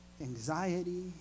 anxiety